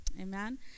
amen